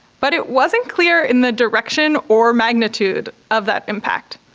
but it wasn't clear in the direction or magnitude of that impact.